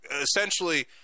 essentially